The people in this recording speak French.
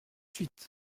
suite